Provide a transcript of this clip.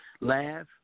laugh